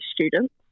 students